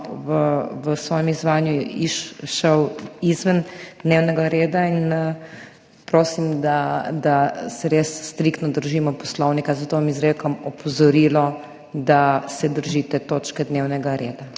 v svojem izvajanju popolnoma izven dnevnega reda in prosim, da se res striktno držimo Poslovnika, zato vam izrekam opozorilo, da se držite točke dnevnega reda.